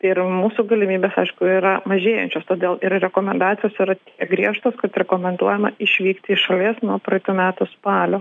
ir mūsų galimybės aišku yra mažėjančios todėl ir rekomendacijos yra griežtos kad rekomenduojama išvykti iš šalies nuo praeitų metų spalio